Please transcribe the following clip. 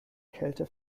kälte